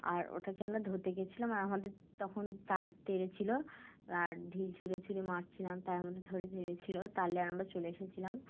আর ওটাকে আমরা ধরতে গিয়েছিলাম আর আমাদের তখন তার তড়ে ছিলো আর ঢিল ছুঁড়ে ছুঁড়ে মারছিলাম তাই আমাদের ধরে তেড়েছিলো তাহলে আমরা চলে এসেছিলাম